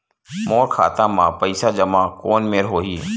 मोर खाता मा पईसा जमा कोन मेर होही?